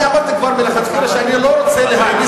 אני אמרתי כבר מלכתחילה שאני לא רוצה להעמיס,